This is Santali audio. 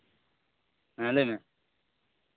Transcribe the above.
ᱦᱮᱸ ᱞᱟᱹᱭ ᱢᱮ